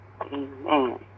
amen